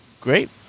Great